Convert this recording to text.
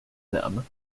them